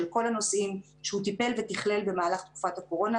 של כל הנושאים שהוא טיפל ותכלל במהלך תקופת הקורונה.